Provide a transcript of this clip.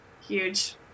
huge